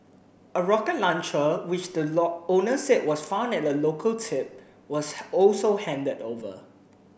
a rocket launcher which the owner said was found at a local tip was also handed over